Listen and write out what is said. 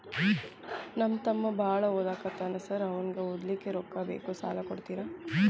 ನಮ್ಮ ತಮ್ಮ ಬಾಳ ಓದಾಕತ್ತನ ಸಾರ್ ಅವಂಗ ಓದ್ಲಿಕ್ಕೆ ರೊಕ್ಕ ಬೇಕು ಸಾಲ ಕೊಡ್ತೇರಿ?